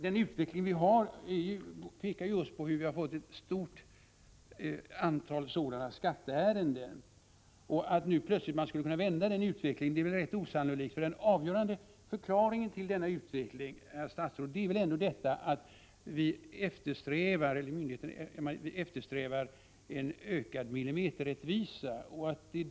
Den utveckling som vi har pekar just på hur vi har fått ett stort antal sådana skatteärenden. Att man nu plötsligt skulle kunna vända den utvecklingen är väl rätt osannolikt. Den avgörande förklaringen till utvecklingen, herr statsrådet, är väl att vi eftersträvar en ökad millimeterrättvisa.